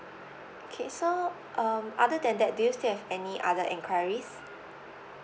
okay so um other than that do you still have any other enquiries